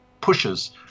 pushes